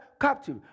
captive